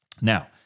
Now